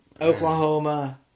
Oklahoma